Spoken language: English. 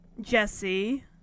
Jesse